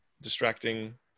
distracting